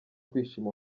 kwishima